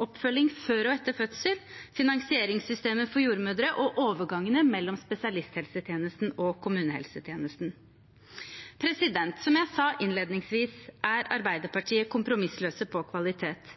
oppfølging før og etter fødsel, finansieringssystemet for jordmødre og overgangene mellom spesialisthelsetjenesten og kommunehelsetjenesten. Som jeg sa innledningsvis, er Arbeiderpartiet kompromissløse på kvalitet.